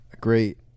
great